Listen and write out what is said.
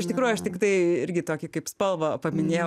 iš tikrųjų aš tiktai irgi tokį kaip spalvą paminėjau